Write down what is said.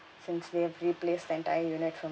since they had replaced the entire unit for